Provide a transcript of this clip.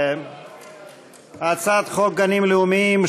הצעת חוק גנים לאומיים,